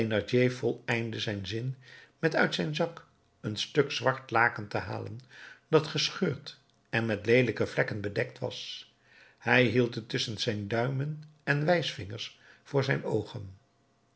voleindde zijn zin met uit zijn zak een stuk zwart laken te halen dat gescheurd en met leelijke vlekken bedekt was hij hield het tusschen zijn duimen en wijsvingers voor zijn oogen